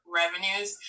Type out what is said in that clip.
revenues